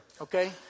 okay